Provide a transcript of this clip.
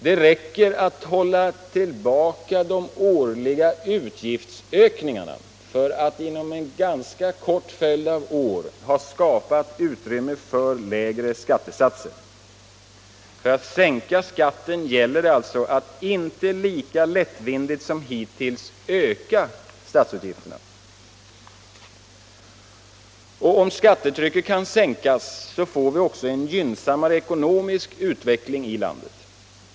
Det räcker att hålla tillbaka de årliga utgiftsökningarna för att inom en ganska kort följd av år skapa utrymme för lägre skattesatser. För att man skall kunna sänka skatten gäller det alltså att inte lika lättvindigt som hittills öka statsutgifterna. Om skattetrycket kan sänkas får vi också en gynnsammare ekonomisk utveckling i landet.